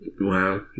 Wow